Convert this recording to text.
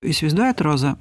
įsivaizduojat roza